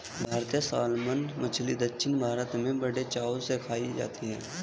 भारतीय सालमन मछली दक्षिण भारत में बड़े चाव से खाई जाती है